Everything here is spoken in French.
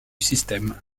système